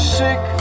sick